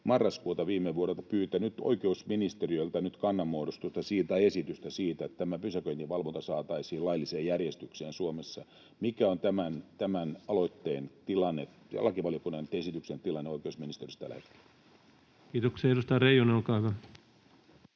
marraskuuta viime vuonna pyytänyt oikeusministeriöltä nyt kannanmuodostusta tai esitystä siitä, että tämä pysäköinninvalvonta saataisiin lailliseen järjestykseen Suomessa. Mikä on tämän aloitteen tilanne, lakivaliokunnan esityksen tilanne oikeusministeriössä tällä hetkellä?